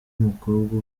mukobwa